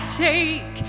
take